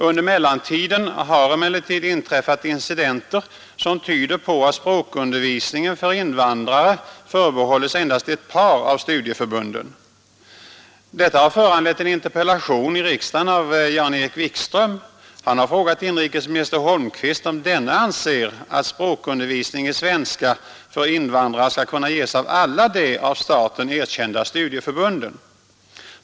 Under mellantiden har emellertid inträffat incidenter som tyder på att språkundervisningen för invandrare förbehålles endast ett par av studieförbunden. Detta har föranlett en interpellation i riksdagen av Jan-Erik Wikström. Han har frågat inrikesminister Holmqvist om denne anser att språkundervisning i svenska för invandrare skall 133 kunna ges av alla de av staten erkända studieförbunden.